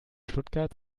stuttgart